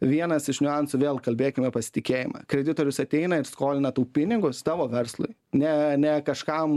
vienas iš niuansų vėl kalbėkime pasitikėjimą kreditorius ateina ir skolina tau pinigus tavo verslui ne ne kažkam